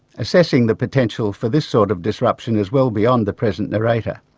assessing the potential for this sort of disruption is well beyond the present narrator.